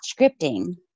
scripting